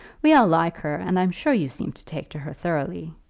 we all like her, and i'm sure you seem to take to her thoroughly.